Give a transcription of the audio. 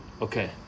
Okay